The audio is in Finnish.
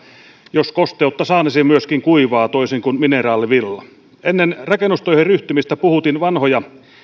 jos kosteutta saa myöskin kuivaa toisin kuin mineraalivilla ennen rakennustöihin ryhtymistä puhutin vanhoja